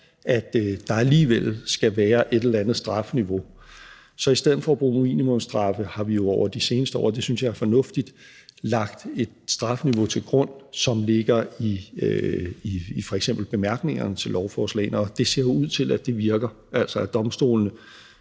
at der alligevel skal være et eller andet strafniveau, så har vi jo i stedet for at bruge minimumsstraffe over de seneste år, og det synes jeg er fornuftigt, lagt et strafniveau til grund, som ligger i f.eks. bemærkningerne til lovforslagene. Og det ser ud til at det virker, altså at domstolene